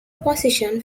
position